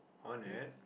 on it